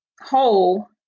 whole